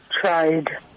tried